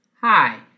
Hi